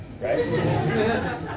right